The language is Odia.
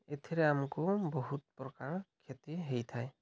ଏଥିରେ ଆମକୁ ବହୁତ ପ୍ରକାର କ୍ଷତି ହୋଇଥାଏ